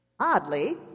Oddly